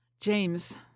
James